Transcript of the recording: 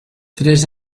tres